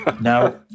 Now